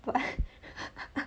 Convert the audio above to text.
what